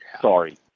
Sorry